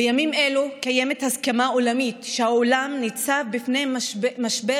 בימים אלו קיימת הסכמה עולמית שהעולם ניצב בפני משבר